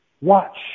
Watch